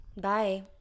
Bye